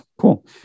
Cool